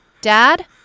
Dad